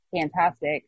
fantastic